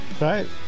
right